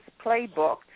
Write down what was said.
playbook